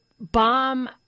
Bomb